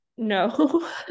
no